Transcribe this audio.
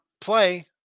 play